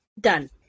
Done